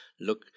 look